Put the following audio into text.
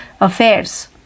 Affairs